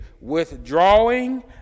withdrawing